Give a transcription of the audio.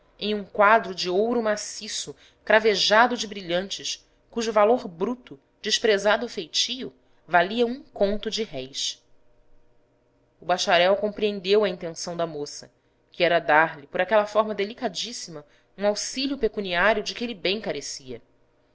em um quadro de ouro maciço cravejado de brilhantes cujo valor bruto desprezado o feitio valia um conto de réis o bacharel compreendeu a intenção da moça que era dar-lhe por aquela forma delicadíssima um auxílio pecuniário de que ele bem carecia